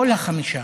כל החמישה